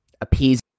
appease